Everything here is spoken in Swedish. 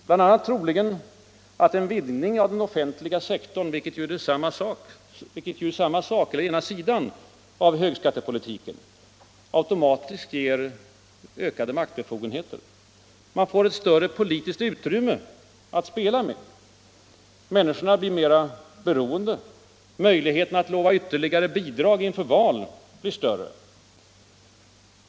Bl.a. ger en vidgning av den offentliga sektorn — vilket ju är den ena sidan av högskattepolitiken — automatiskt större maktbefogenheter. Regeringen får ett större politiskt utrymme att spela med. Människorna blir mera beroende. Möjligheterna att lova ytterligare bidrag inför val ökar.